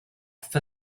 for